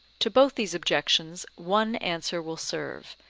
to both these objections one answer will serve,